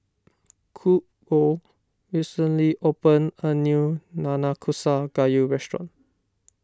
Hugo recently opened a new Nanakusa Gayu restaurant